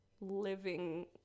living